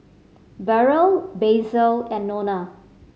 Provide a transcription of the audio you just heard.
Burrel Basil and Nona